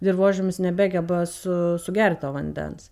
dirvožemis nebegeba su sugert to vandens